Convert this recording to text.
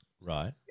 right